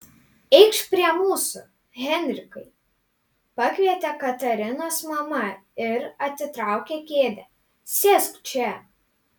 eikš prie mūsų henrikai pakvietė katarinos mama ir atitraukė kėdę sėsk čia